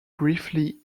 briefly